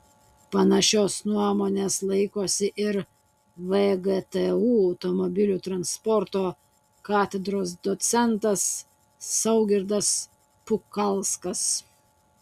panašios nuomonės laikosi ir vgtu automobilių transporto katedros docentas saugirdas pukalskas